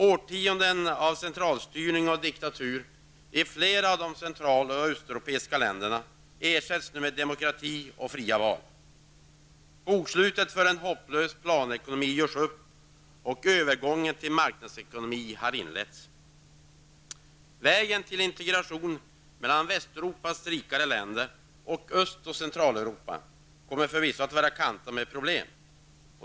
Årtionden av centralstyrning och diktatur i flera av de central och östeuropeiska länderna ersätts med demokrati och fria val. Bokslutet för en hopplös planekonomi görs upp, och övergången till marknadsekonomi har inletts. Vägen till integration mellan Västeuropas rikare länder och Öst och Centraleuropa kommer förvisso att vara kantad med problem.